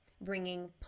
bringing